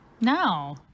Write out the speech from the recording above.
No